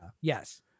yes